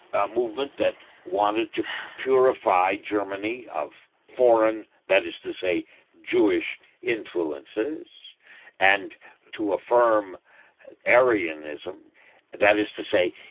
a movement that wanted to purify germany of foreign that is to say jewish influences and to affirm aryanism that is to say,